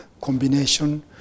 combination